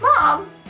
Mom